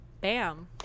bam